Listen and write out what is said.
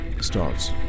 starts